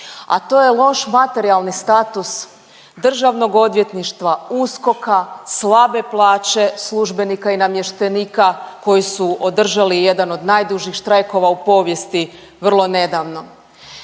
a to je loš materijalni status Državnog odvjetništva, USKOK-a, slabe plaće službenika i namještenika koji su održali jedan od najdužih štrajkova u povijesti vrlo nedavno.